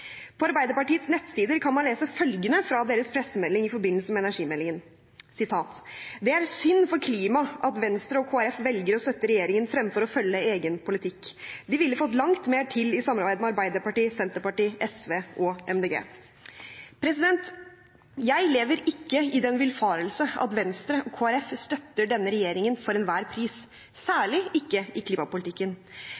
På Arbeiderpartiets nettsider kan man lese følgende fra deres pressemelding i forbindelse med energimeldingen: «Det er synd for klimaet at Venstre og KrF velger å støtte regjeringen fremfor å følge egen politikk. De ville fått langt mer til i samarbeid med Arbeiderpartiet, Sp, SV og MDG.» Jeg lever ikke i den villfarelse at Venstre og Kristelig Folkeparti støtter denne regjeringen for enhver pris,